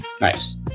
Nice